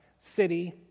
city